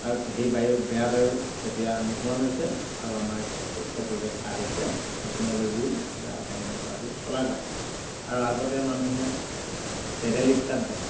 আৰু সেই বায়ু বেয়া বায়ুৰ এতিয়া নোহোৱা হৈছে আৰু আমাৰ এতিয়া সুস্থ পৰিৱেশ এটা আহিছে টেকন'লজিৰ দ্বাৰা গাড়ী মটৰ আদি চলাৰ কাৰণে আৰু আগতে মানুহে পেডেল ৰিক্সাত যায়